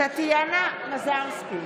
טטיאנה מזרסקי,